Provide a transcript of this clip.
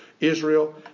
Israel